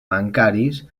bancaris